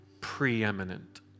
preeminent